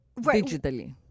digitally